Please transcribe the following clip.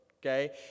okay